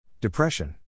Depression